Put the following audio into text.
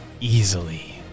easily